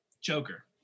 Joker